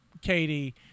Katie